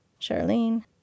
Charlene